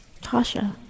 Tasha